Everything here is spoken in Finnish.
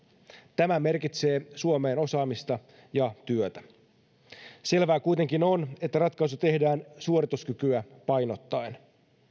tämä merkitsee osaamista ja työtä suomeen selvää kuitenkin on että ratkaisu tehdään suorituskykyä painottaen